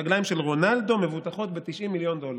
הרגליים של רונאלדו מבוטחות ב-90 מיליון דולר,